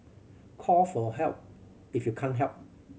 call for help if you can't help